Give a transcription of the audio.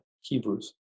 Hebrews